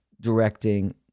directing